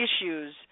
issues